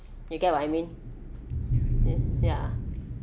you get what I mean ya